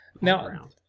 now